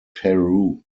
peru